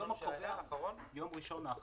יום ראשון האחרון, השבוע.